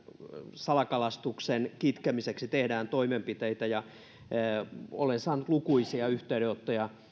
salakalastuksen kitkemiseksi tehdään toimenpiteitä olen saanut lukuisia yhteydenottoja